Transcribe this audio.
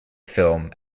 film